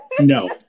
no